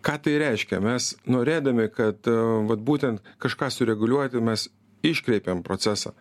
ką tai reiškia mes norėdami kad vat būtent kažką sureguliuoti mes iškreipiam procesą